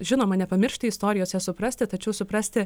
žinoma nepamiršti istorijos ją suprasti tačiau suprasti